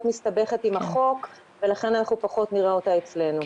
מסתבכת עם החוק ולכן אנחנו פחות נראה אותה אצלנו.